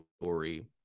story